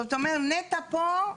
זאת אומרת, נת"ע פה,